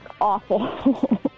awful